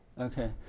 Okay